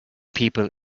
people